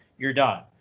you're done.